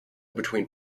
between